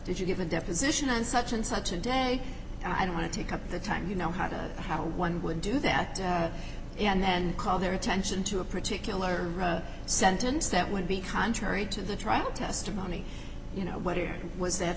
did you give a deposition and such and such a day and i don't want to take up the time you know how to how one would do that and then call their attention to a particular sentence that would be contrary to the trial testimony you know whether it was that